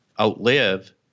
outlive